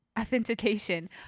authentication